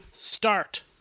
start